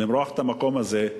למרוח את המקום הזה.